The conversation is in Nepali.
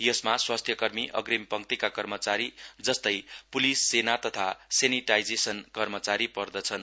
यसमा स्वास्थ्यकर्मी अग्रिम पंक्तिका कर्मचारी जस्तै प्लिस सेना तथा सेनिटाइजेशन कर्मचारी पर्दछन्